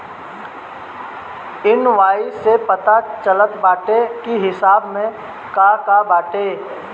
invoice से पता चलत बाटे की हिसाब में का का बाटे